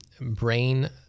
brain